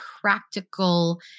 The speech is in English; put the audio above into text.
practical